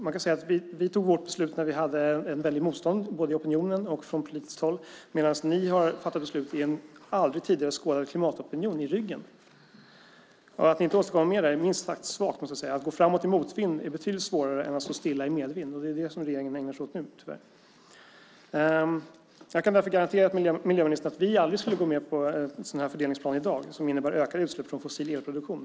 Man kan säga att vi tog vårt beslut när vi hade ett väldigt motstånd, både i opinionen och från politiskt håll medan ni har att fatta beslut med en aldrig tidigare skådad klimatopinion i ryggen. Att ni inte åstadkommer mer är minst sagt svagt, måste jag säga. Att gå framåt i motvind är betydligt svårare än att stå stilla i medvind, men det är det som regeringen ägnar sig åt nu, tyvärr. Jag kan garantera miljöministern att vi aldrig skulle gå med på en sådan fördelningsplan i dag som innebär ökade utsläpp från fossil elproduktion.